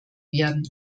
werden